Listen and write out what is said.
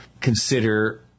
consider